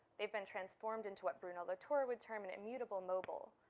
they've been transformed into what bruno latour would term, an immutable mobile.